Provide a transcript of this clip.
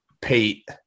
Pete